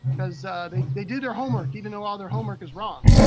because they they do their homework, even though all their homework is wrong.